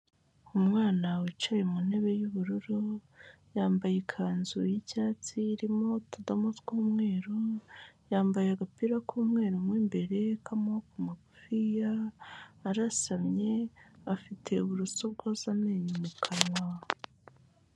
Umwana wicaye mu ntebe y'ubururu, yambaye ikanzu y'icyatsi irimo utudomo tw'umweru, yambaye agapira k'umweru mo imbere k'amaboko magufiya, arasamye, afite uburoso bwoza amenyo mu kanwa.